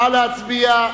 נא להצביע.